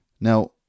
Now